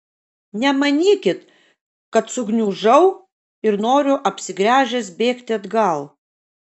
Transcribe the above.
nemanykit kad sugniužau ir noriu apsigręžęs bėgti atgal